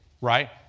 Right